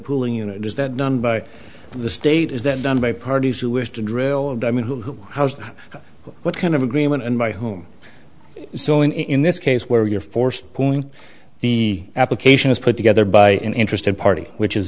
pooling unit is that done by the state is that done by parties who wish to drill i mean who house what kind of agreement and by whom so in this case where you're forced pulling the application is put together by an interested party which is